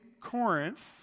Corinth